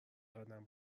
قدم